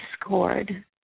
discord